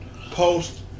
post